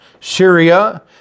Syria